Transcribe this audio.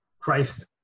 Christ